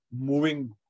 moving